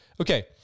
Okay